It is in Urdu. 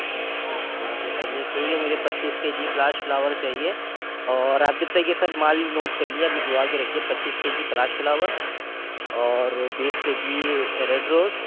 اچھا تو چلیے ٹھیک ہے مجھے پچیس کے جی پلاس فلاور چاہیے اور آپ جب تک یہ سب مال نوٹ کر لیجیے آپ نکلوا کر رکھیے پچیس کے جی پلاس فلاور اور بیس کے جی ریڈ روز